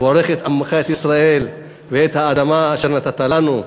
וברך את עמך, את ישראל, ואת האדמה אשר נתתה לנו,